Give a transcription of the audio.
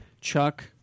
Chuck